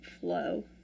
flow